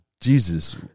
Jesus